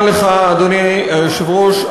אדוני היושב-ראש,